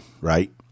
right